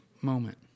moment